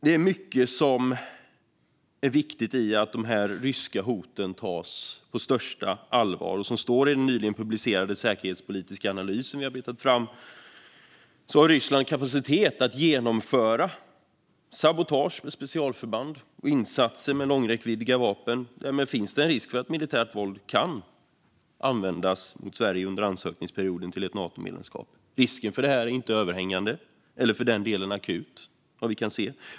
Det är mycket som är viktigt med att de ryska hoten tas på största allvar. I den nyligen publicerade säkerhetspolitiska analysen, som vi har arbetat fram, står det också att Ryssland har kapacitet att genomföra sabotage med specialförband och insatser med långräckviddiga vapen. Därmed finns en risk för att militärt våld kan användas mot Sverige under ansökningsperioden fram till ett Natomedlemskap. Risken för detta är inte överhängande eller för den delen akut, vad vi kan se.